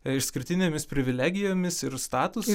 išskirtinėmis privilegijomis ir statusu